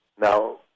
Now